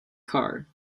car